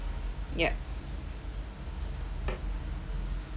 yup